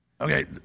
okay